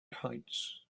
heights